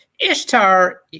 Ishtar